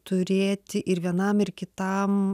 turėti ir vienam ir kitam